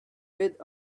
with